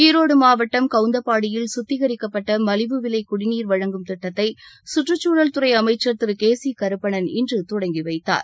ஈரோடு மாவட்டம் கவுந்தப்பாடியில் குத்திகரிக்கப்பட்ட மலிவுவிலை குடிநீர் வழங்கும் திட்டத்தை சுற்றுச்சூழல் துறை அமைச்சர்திரு கே சி கருப்பணன் இன்று தொடங்கி வைத்தார்